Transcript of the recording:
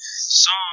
song